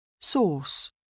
Source